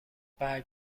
برگ